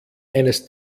eines